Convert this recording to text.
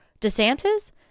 DeSantis